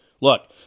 Look